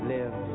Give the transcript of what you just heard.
Live